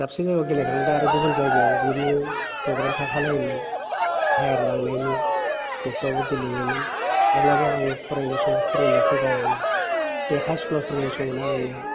दाबसे जायगायाव गेलेखांबाथाय आरो गुबुन गुबुन जायगायाव बिनि प्रग्राम थाखालायोमोन हायार लांनायनि बेफ्रावबो गेलेयोमोन अब्लाबो आं फरायनाय समाव फरायनायखो गारामोन बे हाइ स्कुलाव फरायनाय समावनो आङो